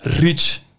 rich